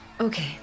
Okay